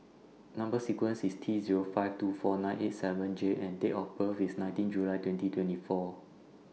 Number sequence IS T Zero five two four nine eight seven J and Date of birth IS nineteen July twenty twenty four